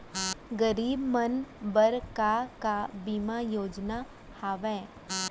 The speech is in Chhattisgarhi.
गरीब मन बर का का बीमा योजना हावे?